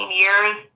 years